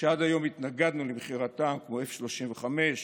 שעד היום התנגדנו למכירתם, כמו F-35,